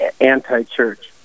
anti-church